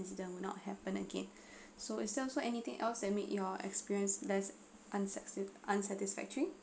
incident will not happen again so is there also anything else that make your experience less unsa~ unsatisfactory